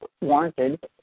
wanted